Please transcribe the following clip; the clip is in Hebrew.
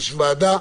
יש ועדה,